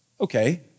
okay